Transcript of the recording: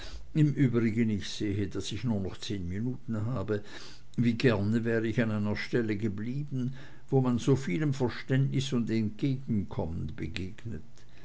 im übrigen ich sehe daß ich nur noch zehn minuten habe wie gerne wär ich an einer stelle geblieben wo man so vielem verständnis und entgegenkommen begegnet